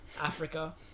Africa